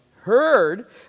heard